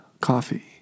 coffee